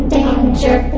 Danger